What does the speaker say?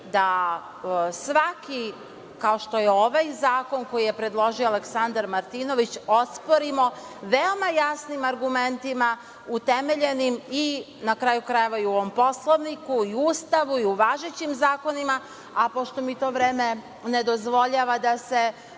da svaki, kao što je ovaj zakon koji je predložio Aleksandar Martinović, osporimo veoma jasnim argumentima, utemeljenim i, na kraju krajeva, i u ovom Poslovniku i Ustavu i u važećim zakonima. Pošto mi vreme ne dozvoljava da se